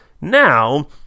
now